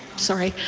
sorry.